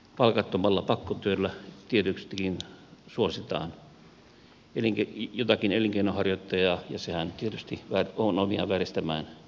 palkattomalla pakkotyöllä tietystikin suositaan jotakin elinkeinonharjoittajaa ja sehän tietysti on omiaan vääristämään kilpailua